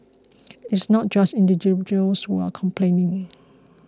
it's not just individuals who are complaining